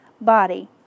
body